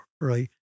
Right